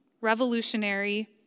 revolutionary